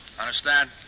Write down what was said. understand